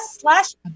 slash